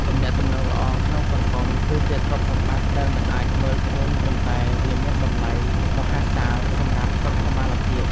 ទំនាក់ទំនងល្អក្នុងសង្គម គឺជាទ្រព្យសម្បត្តិដែលមិនអាចមើលឃើញប៉ុន្តែវាមានតម្លៃមហាសាលសម្រាប់សុខុមាលភាព។